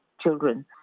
children